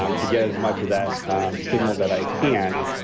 um to get as much of that signal that i can,